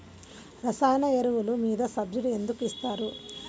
రసాయన ఎరువులు మీద సబ్సిడీ ఎందుకు ఇస్తారు?